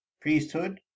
priesthood